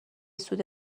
سود